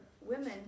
women